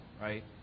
right